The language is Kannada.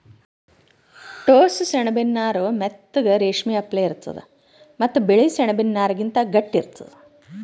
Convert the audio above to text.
ಟೋಸ್ಸ ಸೆಣಬಿನ್ ನಾರ್ ಮೆತ್ತಗ್ ರೇಶ್ಮಿ ಅಪ್ಲೆ ಇರ್ತದ್ ಮತ್ತ್ ಬಿಳಿ ಸೆಣಬಿನ್ ನಾರ್ಗಿಂತ್ ಗಟ್ಟಿ ಇರ್ತದ್